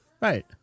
right